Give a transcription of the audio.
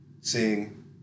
Seeing